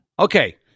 Okay